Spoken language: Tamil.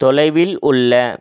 தொலைவில் உள்ள